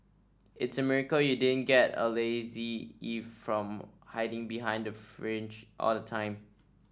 it's a miracle you didn't get a lazy from hiding behind the fringe all the time